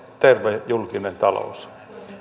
terve julkinen talous